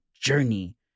Journey